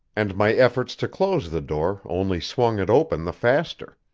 and my efforts to close the door only swung it open the faster.